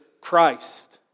Christ